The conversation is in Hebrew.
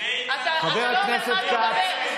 ללא כסף.